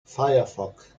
firefox